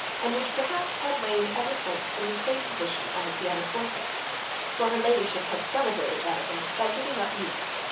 and which perhaps had lain ever since in the same position on the pianoforte, for her ladyship had celebrated that event by giving up music,